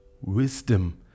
wisdom